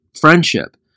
friendship